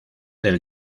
del